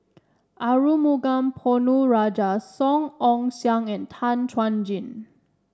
Arumugam Ponnu Rajah Song Ong Siang and Tan Chuan Jin